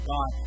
God